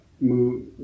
move